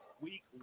Week